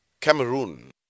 Cameroon